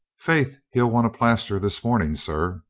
faith, he'll want a plaster this morning, sir,